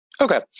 Okay